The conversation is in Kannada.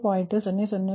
0093 j 0